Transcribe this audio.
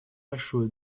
большую